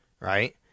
right